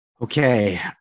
Okay